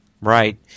right